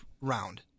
round